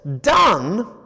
done